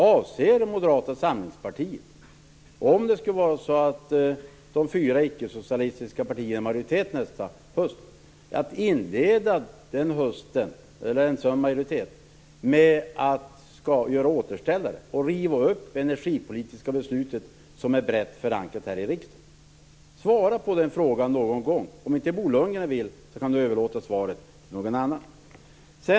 Avser Moderata samlingspartiet, om det skulle vara så att de fyra icke-socialistiska partierna är i majoritet nästa höst, att inleda den hösten med att göra återställare och riva upp det energipolitiska beslut som är brett förankrat här i riksdagen? Svara på den frågan någon gång! Om inte Bo Lundgren vill, kan han överlåta svaret på någon annan.